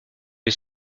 les